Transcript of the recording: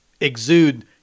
exude